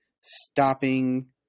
Stopping